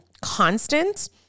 constant